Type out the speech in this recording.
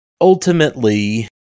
ultimately